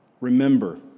Remember